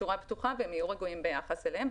בצורה בטוחה, והם יהיו רגועים ביחס אליהם.